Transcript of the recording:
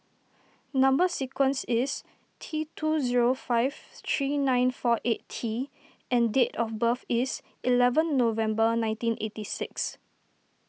Number Sequence is T two zero five three nine four eight T and date of birth is eleven November nineteen eighty six